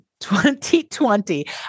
2020